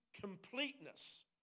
Completeness